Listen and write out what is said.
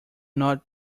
not